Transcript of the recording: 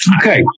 Okay